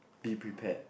be prepared